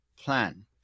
Plan